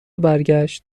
برگشت